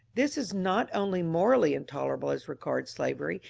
this is not only morally intolerable as regards slavery,